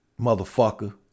motherfucker